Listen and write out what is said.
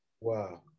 Wow